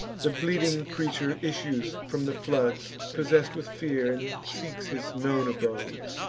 the bleeding creature issues from the floods, possess'd with fear, and seeks his known abodes,